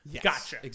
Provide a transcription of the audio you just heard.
Gotcha